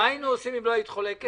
מה היינו עושים אם לא היית חולקת?